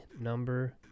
number